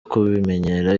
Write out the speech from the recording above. kubimenyera